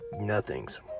nothings